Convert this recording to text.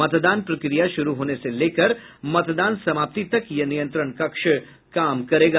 मतदान प्रक्रिया शुरू होने से लेकर मतदान समाप्ति तक यह नियंत्रण कक्ष काम करेगा